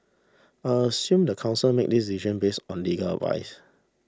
I assume the council made this decision based on legal advice